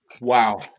Wow